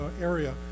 area